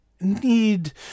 need